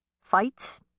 fights